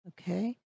okay